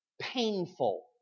painful